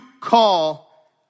call